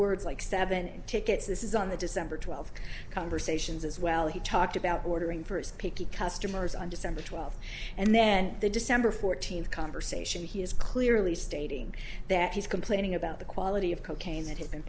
words like stabbing tickets this is on the december twelfth conversations as well he talked about ordering first picky customers on december twelfth and then the december fourteenth conversation he is clearly stating that he's complaining about the quality of cocaine that had been